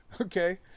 okay